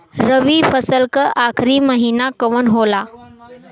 रवि फसल क आखरी महीना कवन होला?